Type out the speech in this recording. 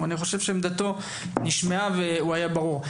אני חושב שעמדתו נשמעה באופן ברור.